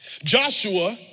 Joshua